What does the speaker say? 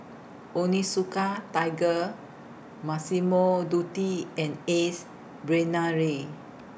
Onitsuka Tiger Massimo Dutti and Ace Brainery